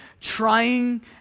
trying